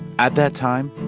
at that time,